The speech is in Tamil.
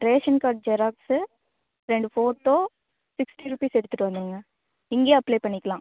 ரேஷன் கார்ட் ஜெராக்ஸு ரெண்டு ஃபோட்டோ சிக்ஸ்டி ரூபீஸ் எடுத்துகிட்டு வந்துடுங்க இங்கையே அப்ளே பண்ணிக்கலாம்